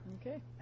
Okay